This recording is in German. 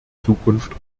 zukunft